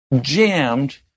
jammed